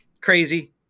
crazy